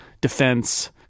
defense